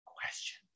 questions